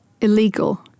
illegal